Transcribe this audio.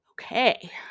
Okay